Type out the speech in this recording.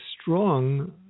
strong